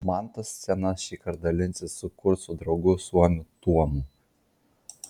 mantas scena šįkart dalinsis su kurso draugu suomiu tuomu